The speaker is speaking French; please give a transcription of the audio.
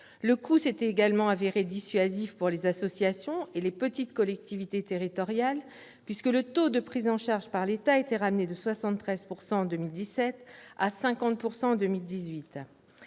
Le coût s'est également avéré dissuasif pour les associations et les petites collectivités territoriales, puisque le taux de prise en charge par l'État a été ramené de 73 % en 2017 à 50 % en 2018.